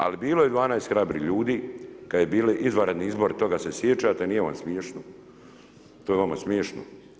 Ali bilo je 12 hrabrih ljudi kad su bili izvanredni izbori, toga se sjećate, nije vam smješno, to je vama smiješno?